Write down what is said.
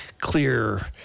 clear